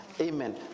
Amen